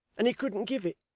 and he couldn't give it.